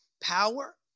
power